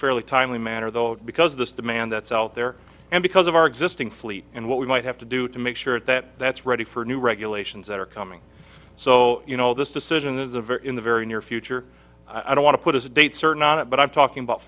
fairly timely manner though because of this demand that's out there and because of our existing fleet and what we might have to do to make sure that that's ready for new regulations that are coming so you know this decision is a very in the very near future i don't want to put a date certain on it but i'm talking about